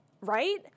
right